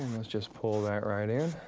let's just pull that right in.